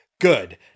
good